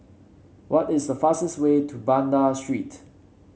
what is the fastest way to Banda Street